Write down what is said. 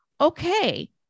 okay